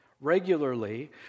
regularly